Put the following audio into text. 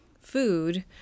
food